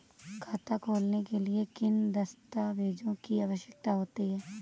खाता खोलने के लिए किन दस्तावेजों की आवश्यकता होती है?